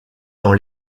dans